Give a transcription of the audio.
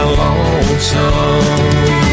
lonesome